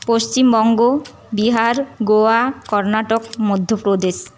Paschimbanga Bihar Goa Karnataka Madhya Pradesh